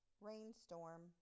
rainstorm